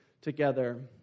together